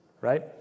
right